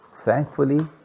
thankfully